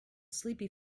sleepy